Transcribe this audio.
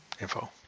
info